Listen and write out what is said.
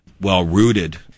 well-rooted